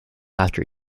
after